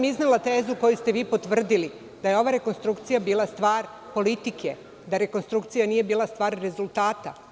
Iznela sam tezu koju ste vi potvrdili da je ova rekonstrukcija bila stvar politike, da rekonstrukcija nije bila stvar rezultata.